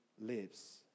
lives